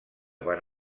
van